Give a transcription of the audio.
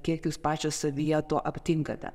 kiek jūs pačios savyje to aptinkate